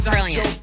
Brilliant